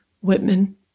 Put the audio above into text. Whitman